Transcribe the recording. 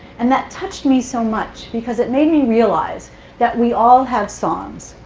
and that touched me so much, because it made me realize that we all have songs.